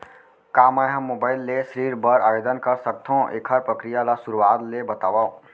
का मैं ह मोबाइल ले ऋण बर आवेदन कर सकथो, एखर प्रक्रिया ला शुरुआत ले बतावव?